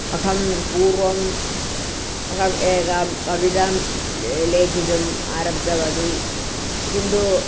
अहं पूर्वं अहम् एका कविता ले लेखितुम् आरब्धवती किन्तु